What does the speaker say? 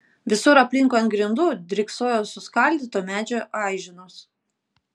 visur aplinkui ant grindų dryksojo suskaldyto medžio aiženos